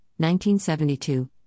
1972